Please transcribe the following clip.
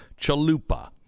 Chalupa